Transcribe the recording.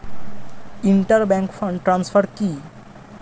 Inter bank fund transfer কি?